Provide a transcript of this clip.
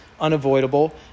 unavoidable